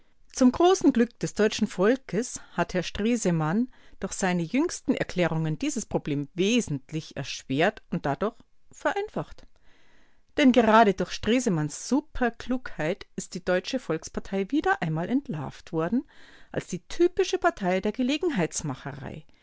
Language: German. zum großen glück des deutschen volkes hat herr stresemann durch seine jüngsten erklärungen dieses problem wesentlich erschwert und dadurch vereinfacht denn gerade durch stresemanns superklugheit ist die deutsche volkspartei wieder einmal entlarvt worden als die typische partei der